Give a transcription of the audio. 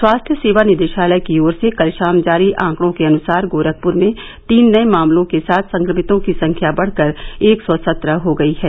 स्वास्थ्य सेवा निदेशालय की ओर से कल शाम जारी आंकड़ों के अनुसार गोरखपर में तीन नए मामलों के साथ संक्रमितों की संख्या बढ़कर एक सौ सत्रह हो गयी है